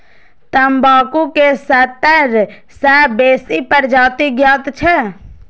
तंबाकू के सत्तर सं बेसी प्रजाति ज्ञात छै